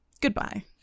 Goodbye